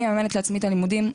אני מממנת לעצמי את הלימודים,